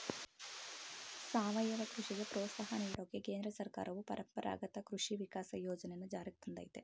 ಸಾವಯವ ಕೃಷಿಗೆ ಪ್ರೋತ್ಸಾಹ ನೀಡೋಕೆ ಕೇಂದ್ರ ಸರ್ಕಾರವು ಪರಂಪರಾಗತ ಕೃಷಿ ವಿಕಾಸ ಯೋಜನೆನ ಜಾರಿಗ್ ತಂದಯ್ತೆ